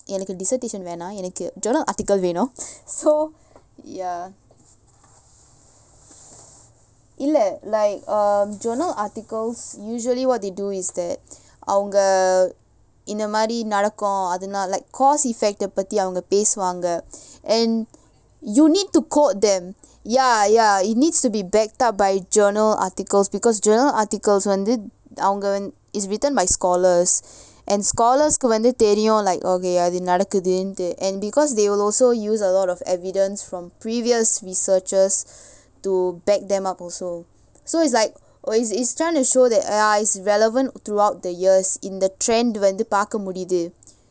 எனக்கு:enakku dissertation வேணாம்:venaam journal article வேணும்:venum so ya இல்ல:illa like uh journal articles usually what they do is that அவங்க இந்த மாதிரி நடக்கும் அதனால்:avanga intha maathiri nadakum athanaal like because effect eh பத்தி அவங்க பேசுவாங்க:paththi avanga pesuvaanga and you need to quote them ya ya it needs to be backed up by journal articles because journal articles வந்து அவங்க:vanthu avanga it's written by scholars and scholars வந்து தெரியும்:vanthu theriyum like okay அது நடக்குதூண்டு:athu nadakkuthundu and because they will also use a lot of evidence from previous researchers to back them up also so it's like it's it's trying to show that ya it's relevant throughout the years in the trend வந்து பாக்க முடிது:vanthu paaka mudithu